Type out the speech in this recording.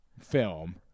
film